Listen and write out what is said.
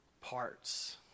parts